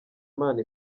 impano